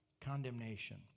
condemnation